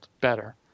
better